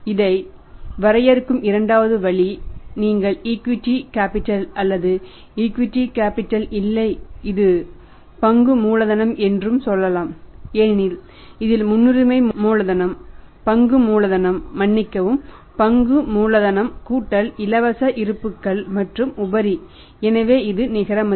இதை வரையறுக்கும் இரண்டாவது வழி நீங்கள் ஈக்விட்டி கேபிடல் இல்லை இது பங்கு மூலதனம் என்று சொல்லலாம் ஏனெனில் இதில் முன்னுரிமை மூலதனம் பங்கு மூலதனம் மன்னிக்கவும் பங்கு மூலதனம் கூட்டல் இலவச இருப்புக்கள் மற்றும் உபரி எனவே இது நிகர மதிப்பு